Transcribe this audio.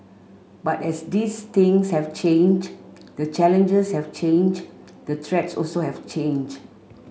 but as these things have changed the challenges have changed the threats also have changed